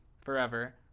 forever